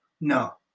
No